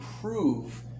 prove